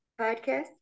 podcast